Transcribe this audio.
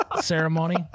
ceremony